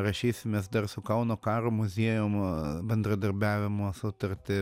rašysimės dar su kauno karo muziejum bendradarbiavimo sutartį